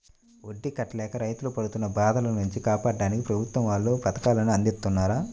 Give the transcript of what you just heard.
వడ్డీ కట్టలేక రైతులు పడుతున్న బాధల నుంచి కాపాడ్డానికి ప్రభుత్వం వాళ్ళు పథకాలను అందిత్తన్నారు